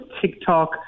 TikTok